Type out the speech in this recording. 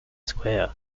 square